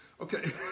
Okay